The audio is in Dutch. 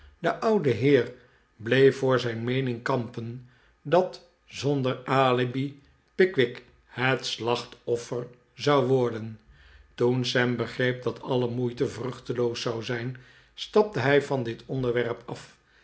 de oude heer bleef voor zijn meening kampen dat zonder alibi pickwick het slachtoffer zou worden toen sam begreep dat alle moeite vruehteloos zou zijn stapte hij van dit onderwerp af